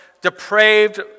depraved